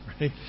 right